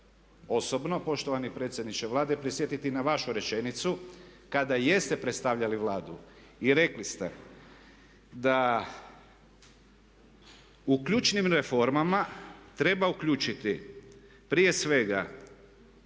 osobno poštovani predsjedniče Vlade prisjetiti na vašu rečenicu kada jeste predstavljali Vladu i rekli ste da u ključnim reformama treba uključiti prije svega